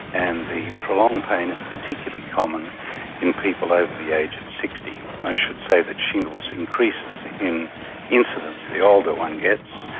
and the prolonged pain is particularly common in people over the age of sixty. i should say that shingles increases in incidence the older one gets,